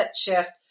shift